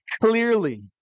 clearly